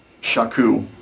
Shaku